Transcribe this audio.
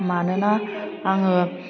मानोना आङो